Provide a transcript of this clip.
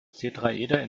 tetraeder